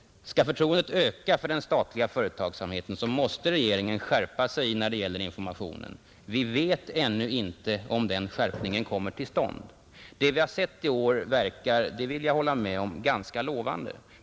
Skall förtroendet öka för den statliga företagsamheten, måste regeringen skärpa sig i fråga om informationen. Vi vet ännu inte om den skärpningen kommer till stånd, Det vi har sett i år verkar, det vill jag hålla med om, ganska lovande.